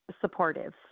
supportive